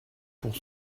pour